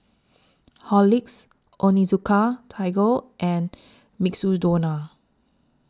Horlicks Onitsuka Tiger and Mukshidonna